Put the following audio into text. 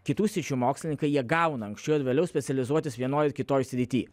kitų sričių mokslininkai jie gauna anksčiau ar vėliau specializuotis vienoj ar kitoj srity